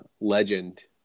legend